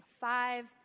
five